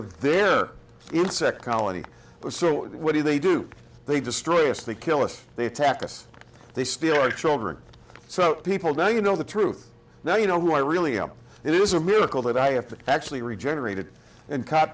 of their insect colony so what do they do they destroy us they kill us they attack us they steal our children so people like you know the truth now you know who i really am it is a miracle that i have actually regenerated and